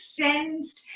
sensed